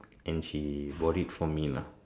and she bought it for me lah